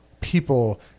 people